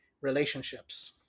relationships